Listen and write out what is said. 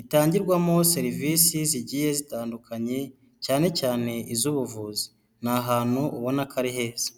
itangirwamo serivisi zigiye zitandukanye cyane cyane iz'ubuvuzi, ni ahantu ubona ko ari heza.